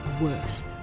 worse